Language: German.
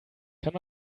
kann